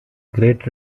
great